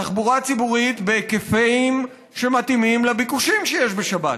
תחבורה ציבורית בהיקפים שמתאימים לביקושים שיש בשבת.